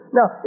Now